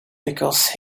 because